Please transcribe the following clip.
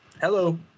Hello